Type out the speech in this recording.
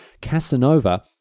Casanova